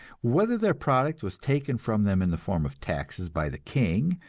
whether their product was taken from them in the form of taxes by the king,